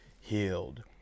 healed